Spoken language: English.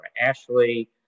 Ashley